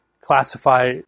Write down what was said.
classify